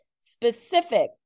specific